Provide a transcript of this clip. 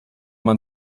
man